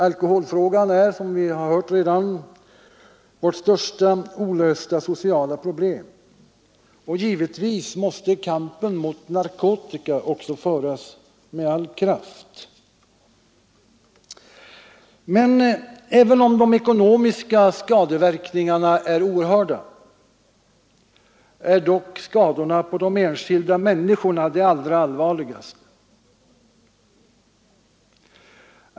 Alkoholfrågan är, som vi har hört redan, vårt största olösta sociala problem. Givetvis måste kampen mot narkotika också föras med all kraft. Men även om de ekonomiska skadeverkningarna är oerhörda är dock skadorna på de enskilda människorna det allvarligaste.